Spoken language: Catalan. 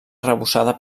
arrebossada